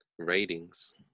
ratings